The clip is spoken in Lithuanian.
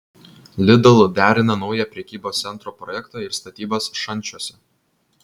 lidl derina naują prekybos centro projektą ir statybas šančiuose